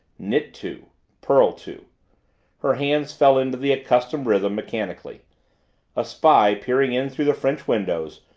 knit two purl two her hands fell into the accustomed rhythm mechanically a spy, peering in through the french windows,